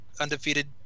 undefeated